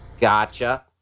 Gotcha